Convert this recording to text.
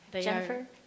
Jennifer